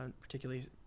particularly